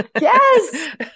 Yes